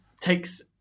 takes